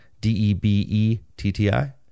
D-E-B-E-T-T-I